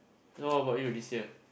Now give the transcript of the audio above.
then what about you this year